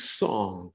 song